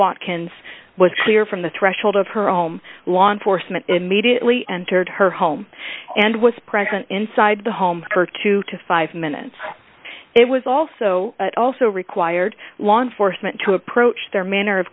watkins was clear from the threshold of her own law enforcement immediately entered her home and was present inside the home for two to five minutes it was also it also required law enforcement to approach their manner of